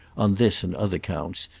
on this and other counts,